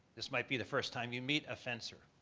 this might be the first time you meet a fencer.